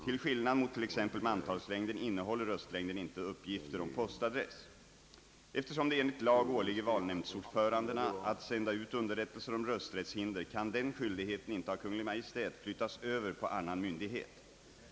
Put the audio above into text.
Till skillnad mot t.ex. mantalslängden innehåller röstlängden inte uppgifter om postadress, Eftersom det enligt lag åligger valnämndsordförandena att sända ut underrättelser om rösträttshinder, kan den skyldigheten inte av Kungl. Maj:t flyttas över på annan myndighet.